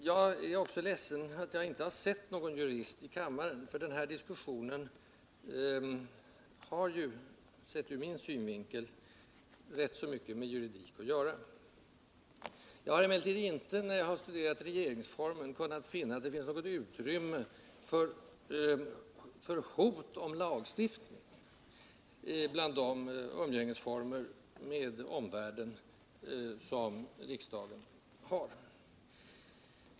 Jag är också ledsen att jag nu inte har sett någon jurist i kammaren, för den här diskussionen har ju, sett ur min synvinkel, rätt mycket med juridik att göra. När jag studerat regeringsformen har jag emellertid inte kunnat se att det finns något utrymme för hot om lagstiftning bland de former för umgänge med omvärlden som riksdagen har.